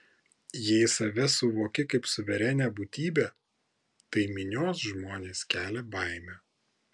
jei save suvoki kaip suverenią būtybę tai minios žmonės kelia baimę